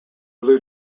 blue